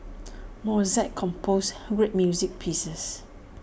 Mozart composed great music pieces